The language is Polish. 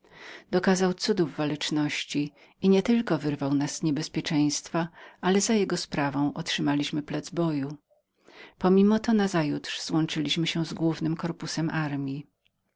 dokazał cudów waleczności i nie tylko wyrwał nas z niebezpieczeństwa ale za jego sprawą otrzymaliśmy plac boju pomimo to nazajutrz złączyliśmy się z głównym korpusem armji